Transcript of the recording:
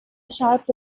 sharp